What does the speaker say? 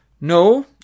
No